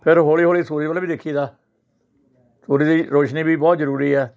ਫਿਰ ਹੌਲੀ ਹੌਲੀ ਸੂਰਜ ਵੱਲ ਵੀ ਦੇਖੀਦਾ ਸੂਰਜ ਦੀ ਰੋਸ਼ਨੀ ਵੀ ਬਹੁਤ ਜ਼ਰੂਰੀ ਆ